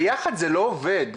ביחד זה לא עובד.